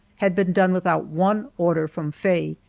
had been done without one order from faye,